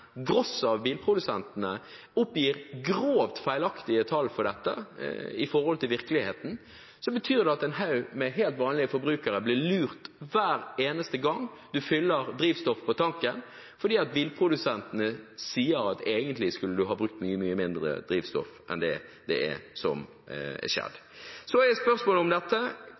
oppgir grovt feilaktige tall for dette i forhold til virkeligheten, betyr det at en haug med helt vanlige forbrukere blir lurt hver eneste gang de fyller drivstoff på tanken, fordi bilprodusentene sier at man egentlig skulle ha brukt mye mindre drivstoff enn det man gjør. Så er spørsmålet hvor mye av dette som er ulovligheter, og hvor mye av dette